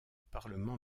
parlement